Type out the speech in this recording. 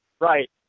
right